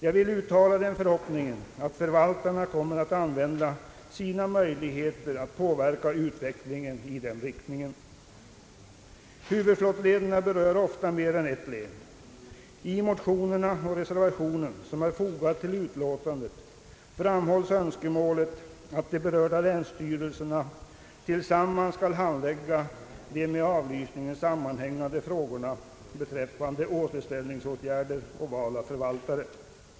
Jag vill uttala den förhoppningen att förvaltarna kommer att använda sina möjligheter att påverka utvecklingen i den riktningen. Huvudflottlederna berör ofta mer än ett län, I motionerna och reservationen som är fogad till utlåtandet framhålls önskemålet att de berörda länsstyrelserna tillsammans skall handlägga de med avlysningen sammanhängande frågorna beträffande återställningsåtgärder och val av förvaltare.